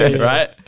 right